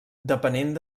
depenent